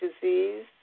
disease